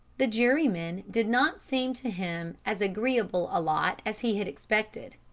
the jurymen did not seem to him as agreeable a lot as he had expected,